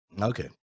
okay